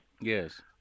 Yes